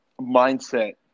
mindset –